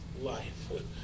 life